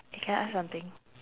eh can I ask something